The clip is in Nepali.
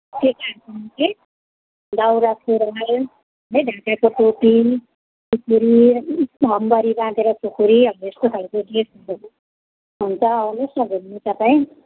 केटाहरूकोमा चाहिँ दौरा सुरुवाल है ढाकाको टोपी खुकुरी हेम्बरी बाँधेर खुकुरी यस्तो खालको ड्रेसहरू हुन्छ आउनुहोस् न घुम्नु तपाईँ